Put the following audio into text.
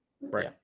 Right